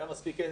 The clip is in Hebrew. היה מספיק,